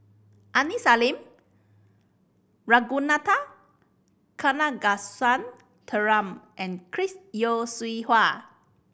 Aini Salim Ragunathar Kanagasuntheram and Chris Yeo Siew Hua